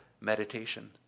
meditation